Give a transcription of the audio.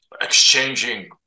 exchanging